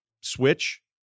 switch